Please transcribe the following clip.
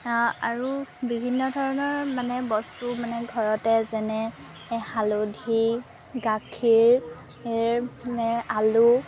আৰু বিভিন্ন ধৰণৰ মানে বস্তু মানে ঘৰতে যেনে হালধি গাখীৰ আলু